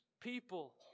people